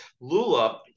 lula